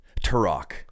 Turok